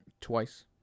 twice